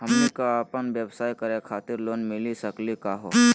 हमनी क अपन व्यवसाय करै खातिर लोन मिली सकली का हो?